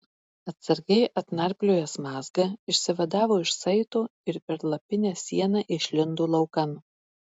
atsargiai atnarpliojęs mazgą išsivadavo iš saito ir per lapinę sieną išlindo laukan